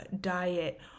diet